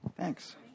Thanks